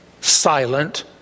silent